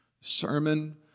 Sermon